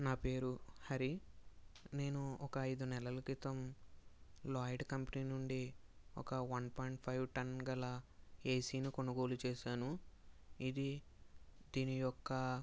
నా పేరు హరి నేను ఒక ఐదు నెలల క్రితం లాయిడ్ కంపెనీ నుండి ఒక వన్ పాయింట్ ఫైవ్ టన్ గల ఏసీను కొనుగోలు చేశాను ఇది దీని యొక్క